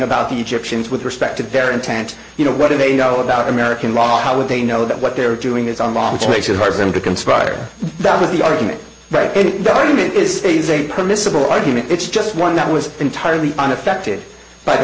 about the egyptians with respect to their intent you know what do they know about american law how would they know that what they're doing is on mom which makes it hard for them to conspire with the argument right and the argument is raising permissible argument it's just one that was entirely unaffected by the